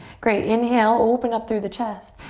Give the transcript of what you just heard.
great, inhale, open up through the chest.